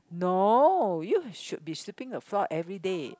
no you should be sweeping the floor everyday